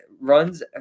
runs